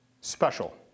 special